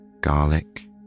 garlic